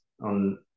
on